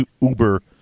uber